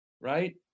right